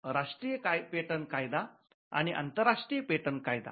राष्ट्रीय पेटंट कायदा आणि आंतराष्ट्रीय पेटंट कायदा